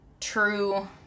true